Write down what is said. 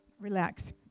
relax